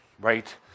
right